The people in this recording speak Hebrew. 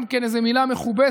גם כן איזה מילה מכובסת,